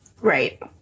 right